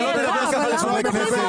אתה לא תדבר כך לחבר כנסת.